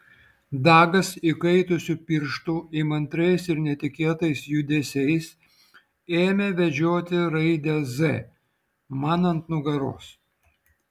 dagas įkaitusiu pirštu įmantriais ir netikėtais judesiais ėmė vedžioti raidę z man ant nugaros